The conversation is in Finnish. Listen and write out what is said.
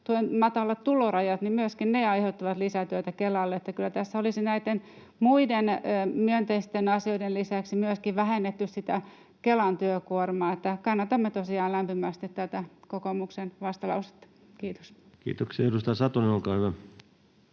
matalat tulorajat aiheuttavat lisätyötä Kelalle. Että kyllä tässä olisi näiden muiden myönteisten asioiden lisäksi myöskin vähennetty sitä Kelan työkuormaa. Kannatamme tosiaan lämpimästi tätä kokoomuksen vastalausetta. — Kiitos. Kiitoksia. — Edustaja Satonen, olkaa hyvä.